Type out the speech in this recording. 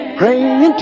praying